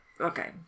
Okay